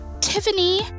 Tiffany